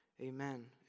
Amen